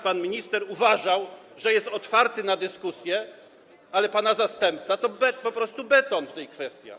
Pan minister uważał, że jest otwarty na dyskusję, ale pana zastępca to po prostu beton w tych kwestiach.